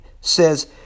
says